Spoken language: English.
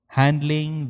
handling